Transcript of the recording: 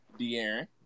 De'Aaron